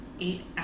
eight